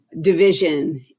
division